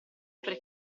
per